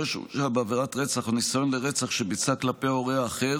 שהורשע בעבירת רצח או ניסיון לרצח שביצע כלפי ההורה האחר